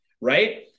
Right